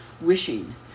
wishing